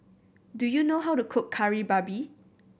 do you know how to cook Kari Babi